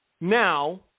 now